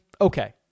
okay